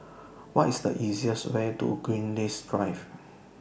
What IS The easiest Way to Greenwich Drive